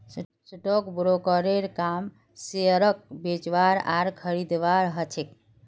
stock ब्रोकरेर काम शेयरक बेचवार आर खरीदवार ह छेक